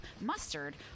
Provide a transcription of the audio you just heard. mustard